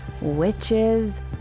Witches